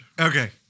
Okay